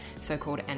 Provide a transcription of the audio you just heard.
so-called